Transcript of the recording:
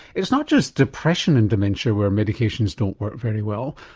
it's not just depression in dementia where medications don't work very well.